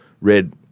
red